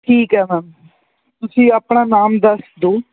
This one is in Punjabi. ਠੀਕ ਆ ਮੈਮ ਤੁਸੀਂ ਆਪਣਾ ਨਾਮ ਦੱਸ ਦਿਓ